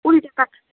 কুড়ি টাকা